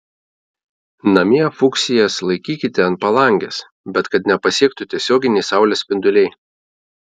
namie fuksijas laikykite ant palangės bet kad nepasiektų tiesioginiai saulės spinduliai